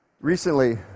Recently